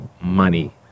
money